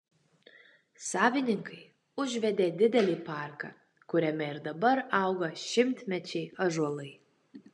savininkai užvedė didelį parką kuriame ir dabar auga šimtmečiai ąžuolai